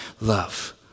love